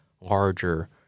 larger